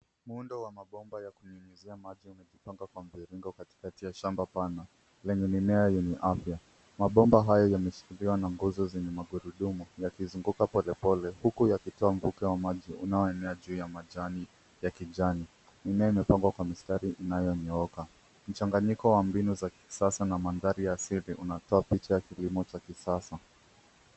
Muundo wa mabomba ya kunyunyuzia maji yamepangwa kwa mvringo katikati ya shamba pana lenye mimea yenye afya. Mabomba hayo yameshikiliwa na nguzo zenye magurudumu yakizunguka polepole huku yakitoa mvuke wa maji unaoenea juu ya majani ya kijani. Mimea imepandwa kwa mistari inayonyooka. Mchanganyiko wa mbinu za kisasa na mandhari ya asili unatoa oicha ya kilimo cha kisasa.